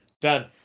Done